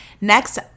Next